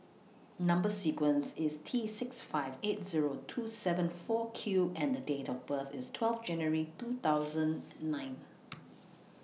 Number sequence IS T six five eight Zero two seven four Q and Date of birth IS twelve January two thousand nine